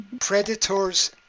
Predators